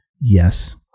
Yes